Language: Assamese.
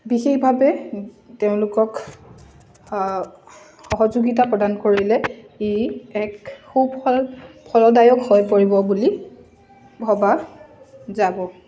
বিশেষভাৱে তেওঁলোকক সহযোগিতা প্ৰদান কৰিলে ই এক সুফল ফলদায়ক হৈ পৰিব বুলি ভবা যাব